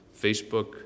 Facebook